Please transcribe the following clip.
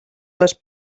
les